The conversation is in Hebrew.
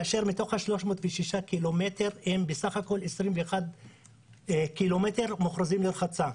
כאשר מתוכם יש בסך הכל 21 ק"מ מוכרזים לרחצה.